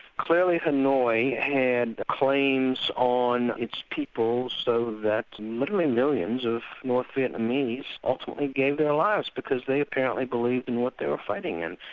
clearly hanoi had claims on its people so that literally millions of north vietnamese ultimately gave their lives because they apparently believed in what they were fighting in.